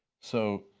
so,